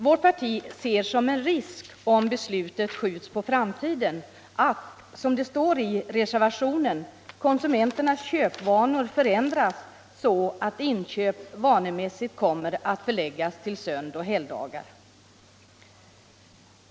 Vårt parti ser som en risk, om beslutet skjuts på framtiden, att — som det står i reservationen — konsumenternas köpvanor förändras så att inköp vanemässigt kommer att förläggas till sönoch helgdagar.